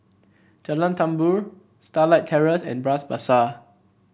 Jalan Tambur Starlight Terrace and Bras Basah